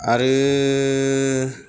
आरो